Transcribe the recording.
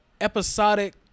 episodic